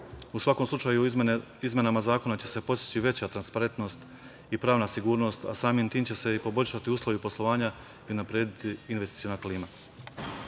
svakom slučaju, izmenama zakona će se postići veća transparentnost i pravna sigurnost, a samim tim će se i poboljšati uslovi poslovanja i unaprediti investiciona klima. Kada